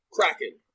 Kraken